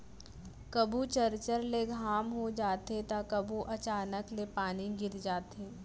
कभू चरचर ले घाम हो जाथे त कभू अचानक ले पानी गिर जाथे